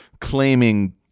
claiming